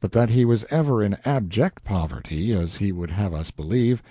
but that he was ever in abject poverty, as he would have us believe,